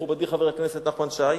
מכובדי חבר הכנסת נחמן שי,